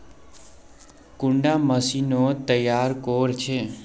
कुंडा मशीनोत तैयार कोर छै?